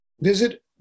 Visit